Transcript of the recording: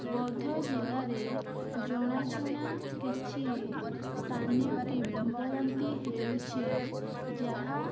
ବୌଦ୍ଧ ଜିଲ୍ଲାରେ ଜଣାଶୁଣା କିଛି ସ୍ଥାନୀୟ କିମ୍ବଦନ୍ତୀ ହେଉଛି ଯାହା